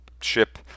ship